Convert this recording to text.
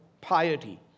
piety